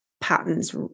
patterns